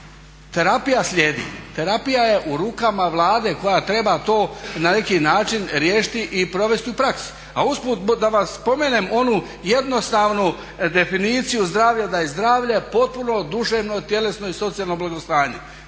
terapija slijedi. Terapija je u rukama Vlade koja treba to na neki način riješiti i provesti u praksi. A usput da vam spomenem onu jednostavnu definiciju zdravlja da je zdravlje potpuno duševno, tjelesno i socijalno blagostanje.